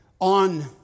on